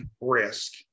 risk